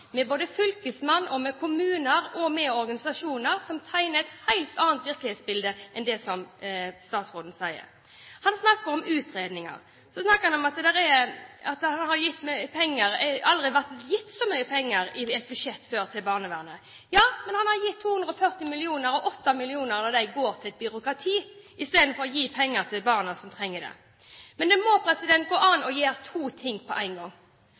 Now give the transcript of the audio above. med både fylkesmann, kommuner og organisasjoner, som tegner et helt annet virkelighetsbilde enn det som statsråden gir. Han snakker om utredninger. Så snakker han om at det aldri før har vært gitt så mye penger til barnevernet i et budsjett. Ja, men han har gitt 240 mill. kr, og 8 mill. kr av dem går til et byråkrati istedenfor til barna som trenger det. Men det må gå an å gjøre to ting på én gang.